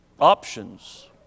options